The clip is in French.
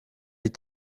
est